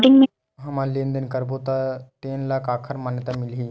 हमन लेन देन करबो त तेन ल काखर मान्यता मिलही?